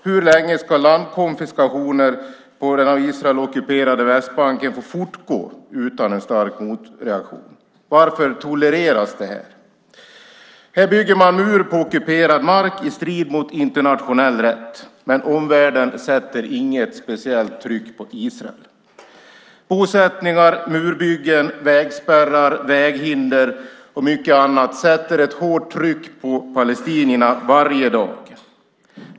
Hur länge ska landkonfiskationer på den av Israel ockuperade Västbanken få fortgå utan en stark motreaktion? Varför tolereras det här? Här bygger man mur på ockuperad mark i strid mot internationell rätt, men omvärlden sätter inget speciellt tryck på Israel. Bosättningar, murbyggen, vägspärrar, väghinder och mycket annat sätter ett hårt tryck på palestinierna varje dag.